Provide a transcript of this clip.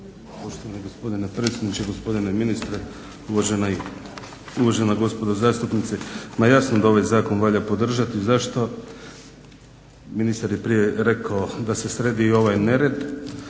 Poštovani gospodine predsjedniče, gospodine ministre, uvažena gospodo zastupnici. Ma jasno da ovaj zakon valja podržati. Zašto? Ministar je prije rekao da se sredi i ovaj nered,